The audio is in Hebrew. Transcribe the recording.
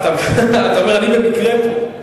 אתה אומר: אני במקרה פה.